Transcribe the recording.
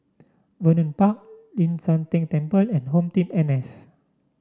Vernon Park Ling San Teng Temple and HomeTeam N S